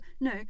no